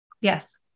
Yes